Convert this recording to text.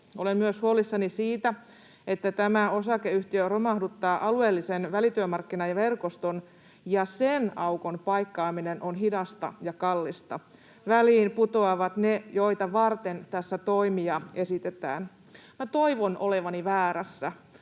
Olen myös huolissani siitä, että tämä osakeyhtiö romahduttaa alueellisen välityömarkkinaverkoston, ja sen aukon paikkaaminen on hidasta ja kallista. [Mari-Leena Talvitien välihuuto] Väliin putoavat ne, joita varten tässä toimia esitetään. Toivon olevani väärässä,